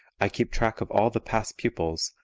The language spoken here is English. i keep track of all the past pupils,